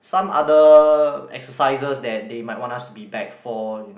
some other exercises that they might want us to be back for